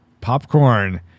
popcorn